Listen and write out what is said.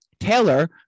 Taylor